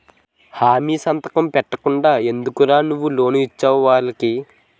హామీ సంతకం పెట్టకుండా ఎందుకురా నువ్వు లోన్ ఇచ్చేవు వాళ్ళకి